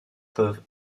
peuvent